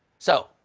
so,